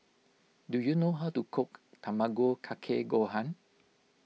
do you know how to cook Tamago Kake Gohan